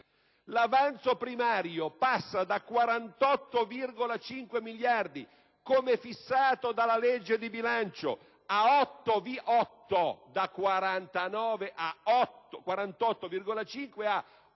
L'avanzo primario passa da 48,5 miliardi, come fissato dalla legge di bilancio, a 8,5